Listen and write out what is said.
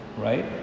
Right